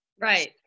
Right